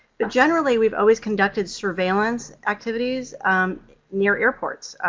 but generally we've always conducted surveillance activities near airports.